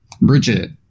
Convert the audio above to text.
Bridget